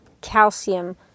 calcium